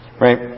Right